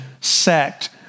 sect